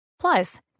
Plus